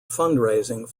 fundraising